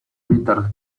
evitar